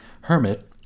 hermit